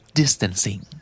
distancing